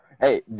Hey